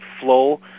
flow